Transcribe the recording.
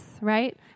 right